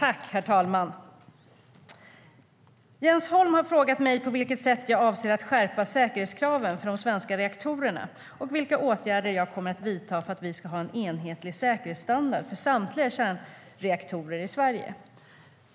Herr talman! Jens Holm har frågat mig på vilket sätt jag avser att skärpa säkerhetskraven för de svenska reaktorerna och vilka åtgärder jag kommer att vidta för att vi ska ha en enhetlig säkerhetsstandard för samtliga kärnreaktorer i Sverige.